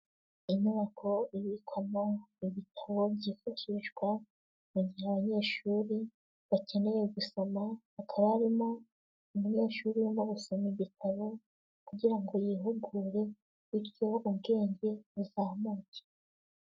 Inyubako ibikwamo ibitabo byifashishwa, mu gihe abanyeshuri bakeneye gusoma, hakaba harimo umunyeshuri urimo gusoma igitabo, kugirango yihugure, biryo ubwenge buzamuke.